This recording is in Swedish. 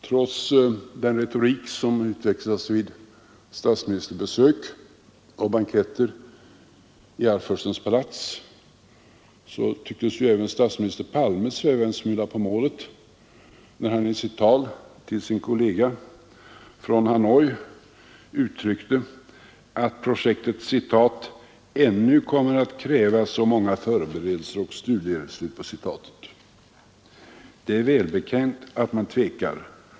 Trots den retorik som utvecklats vid statsministerbesök och på banketter i Arvsfurstens palats tycktes även statsminister Palme ha svävat en smula på målet när han i sitt tal till sin kollega från Hanoi uttryckte att projektet ”ännu kommer att kräva så många förberedelser och studier”. Det är välbetänkt att man tvekar.